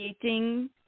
creating